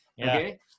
okay